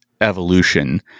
evolution